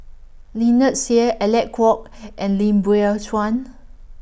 Lynnette Seah Alec Kuok and Lim Biow Chuan